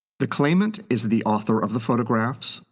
the claimant is the author of the photographs,